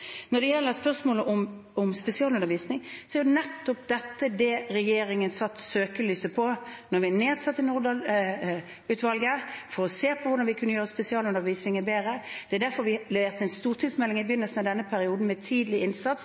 Når det gjelder spørsmålet om spesialundervisning, var det nettopp dette regjeringen satte søkelyset på da vi nedsatte Nordahl-utvalget: Vi ville se på hvordan vi kunne gjøre spesialundervisningen bedre. Det var derfor vi leverte en stortingsmelding i begynnelsen av denne perioden, om tidlig innsats,